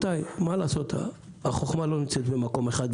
מה לעשות, החוכמה לא נמצאת במקום אחד.